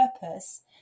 purpose